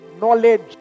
Knowledge